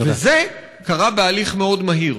זה קרה בהליך מאוד מהיר.